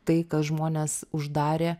tai kas žmones uždarė